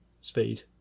speed